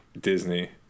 Disney